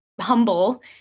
humble